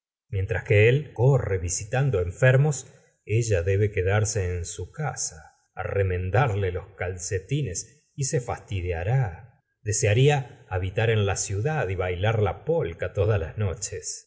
mientras que corre visitando enfermos ella debe quedarse en su casa á remendarle los calcetines y se fastidiará desearía habitar en la ciudad y bailar ja polka todas las noches